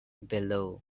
below